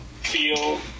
feel